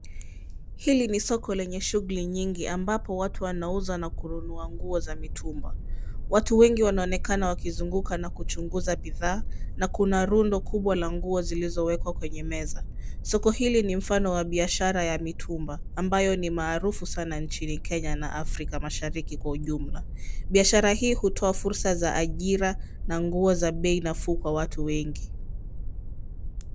Hili ni soko lenye shuguli nyingi ambapo watu wanauza na kununua nguo za mitumba. Watu wengi wanaonekana wakizunguka na kuchunguza bidhaa na kuna rundo kubwa la nguo zilizo wekwa kwenye meza. Soko hili ni mfano wa biashara ya mitumbo ambayo ni maarufu sana nchini Kenya na Africa Mashariki kwa ujumla. Biashara hii hutoa fursa za ajira na nguo za bei nafuu kwa watu wengi.